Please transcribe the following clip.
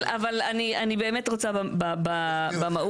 אבל אני באמת רוצה במהות.